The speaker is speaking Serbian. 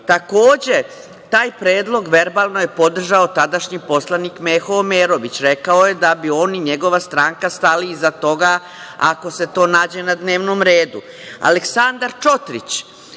razloga. Takođe, taj predlog verbalno je podržao tadašnji poslanik Meho Omerović, i rekao je da bi on i njegova stranka stali iza toga, ako se to nađe na dnevnom redu. Aleksandar Čotrić